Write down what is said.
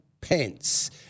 Pence